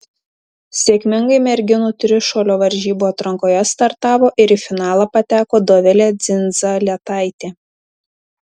sėkmingai merginų trišuolio varžybų atrankoje startavo ir į finalą pateko dovilė dzindzaletaitė